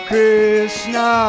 Krishna